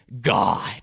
God